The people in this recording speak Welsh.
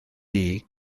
dug